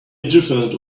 indifferent